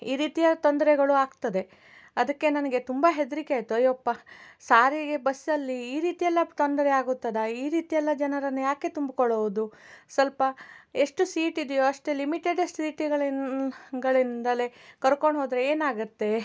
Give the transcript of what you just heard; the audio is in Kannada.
ಈ ರೀತಿಯ ತೊಂದರೆಗಳು ಆಗ್ತದೆ ಅದಕ್ಕೆ ನನಗೆ ತುಂಬ ಹೆದರಿಕೆ ಆಯಿತು ಅಯ್ಯೋಪ್ಪ ಸಾರಿಗೆ ಬಸ್ಸಲ್ಲಿ ಈ ರೀತಿಯೆಲ್ಲ ತೊಂದರೆಯಾಗುತ್ತದಾ ಈ ರೀತಿಯೆಲ್ಲ ಜನರನ್ನು ಯಾಕೆ ತುಂಬ್ಕೊಳ್ಳುವುದು ಸ್ವಲ್ಪ ಎಷ್ಟು ಸೀಟ್ ಇದೆಯೋ ಅಷ್ಟೇ ಲಿಮಿಟೆಡ್ ಸೀಟ್ಗಳಿಂಗಳಿಂದಲೇ ಕರ್ಕೊಂಡು ಹೋದರೆ ಏನಾಗುತ್ತೆ